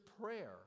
prayer